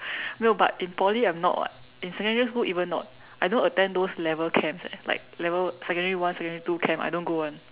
no but in Poly I'm not [what] in secondary school even not I don't attend those level camps eh like secondary one secondary two camps I don't go [one]